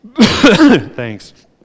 Thanks